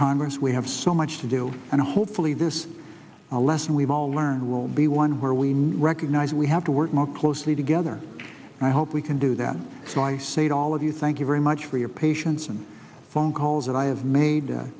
congress we have so much to do and hopefully this a lesson we've all learned will be one where we now recognize we have to work more closely together and i hope we can do that so i say to all of you thank you very much for your patience and phone calls that i have made